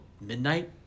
midnight